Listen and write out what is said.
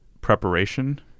preparation